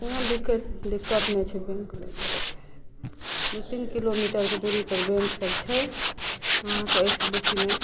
कोनो दिक्कत दिक्कत नहि छै बैंक दू तीन किलो मीटरके दूरीपर बैंक सब छै आहाँके अइसँ बेसी नहि